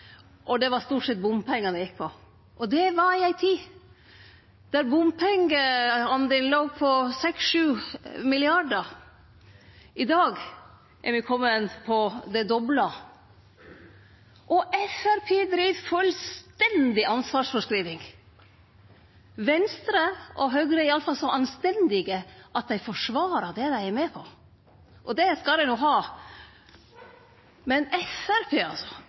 og det var stort sett bompengar det gjekk ut på. Og det var i ei tid der bompengedelen låg på 6–7 mrd. kr. I dag er me komne opp på det doble – og Framstegspartiet driv med fullstendig ansvarsfråskriving! Venstre og Høgre er i alle fall so anstendige at dei forsvarer det dei er med på, det skal dei ha, men